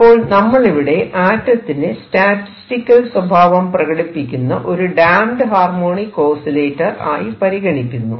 അപ്പോൾ നമ്മളിവിടെ ആറ്റത്തിനെ സ്റ്റാറ്റിസ്റ്റിക്കൽ സ്വഭാവം പ്രകടിപ്പിക്കുന്ന ഒരു ഡാംപ്ട് ഹാർമോണിക് ഓസിലേറ്റർ ആയി പരിഗണിക്കുന്നു